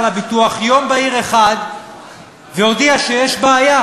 הביטוח ביום בהיר אחד והודיע שיש בעיה.